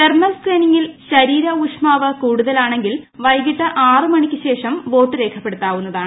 thermal സ്കാനിങ്ങിൽ ശരീര ഊഷ്മാവ് കൂടുതലാണെങ്കിൽ വൈകിട്ട് ആറ് മണിക്ക് ശേഷം വോട്ട് രേഖപ്പെടുത്താവുന്നതാണ്